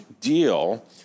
deal